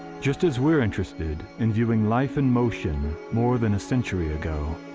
just as we're interested in viewing life in motion more than a century ago,